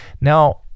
Now